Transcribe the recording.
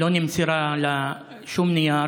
לא נמסר לה שום נייר,